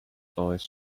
eyes